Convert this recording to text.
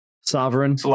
Sovereign